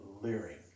leering